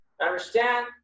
Understand